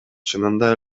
чынында